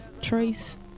Trace